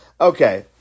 Okay